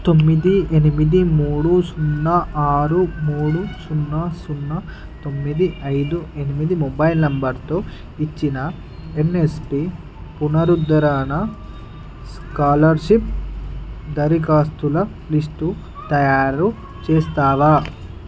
తొమ్మిది ఎనిమిది మూడు సున్నా ఆరు మూడు సున్నా సున్నా తొమ్మిది ఐదు ఎనిమిది మొబైల్ నంబరుతో ఇచ్చిన ఎన్ఎస్పీ పునరుద్ధరణ స్కాలర్షిప్ దరఖాస్తుల లిస్టు తయారు చేస్తావా